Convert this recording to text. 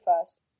first